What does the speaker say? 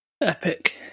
Epic